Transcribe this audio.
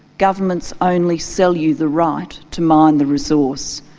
governments only sell you the right to mine the resource,